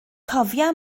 cofia